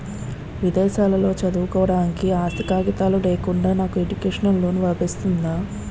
విదేశాలలో చదువుకోవడానికి ఆస్తి కాగితాలు లేకుండా నాకు ఎడ్యుకేషన్ లోన్ లబిస్తుందా?